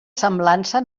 semblança